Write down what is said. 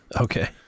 Okay